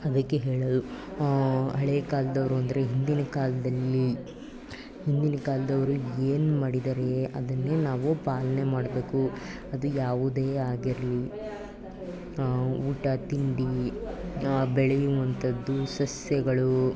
ಅದಕ್ಕೆ ಹೇಳೋದು ಹಳೆ ಕಾಲದೋರು ಅಂದರೆ ಹಿಂದಿನ ಕಾಲದದಲ್ಲಿ ಹಿಂದಿನ ಕಾಲದೋರು ಏನು ಮಾಡಿದ್ದಾರೆ ಅದನ್ನೇ ನಾವು ಪಾಲನೆ ಮಾಡಬೇಕು ಅದು ಯಾವುದೇ ಆಗಿರಲಿ ಊಟ ತಿಂಡಿ ಬೆಳೆಯುವಂಥದ್ದು ಸಸ್ಯಗಳು